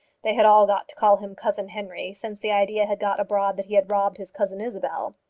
they had all got to call him cousin henry since the idea had got abroad that he had robbed his cousin isabel.